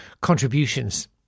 contributions